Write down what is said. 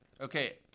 Okay